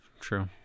True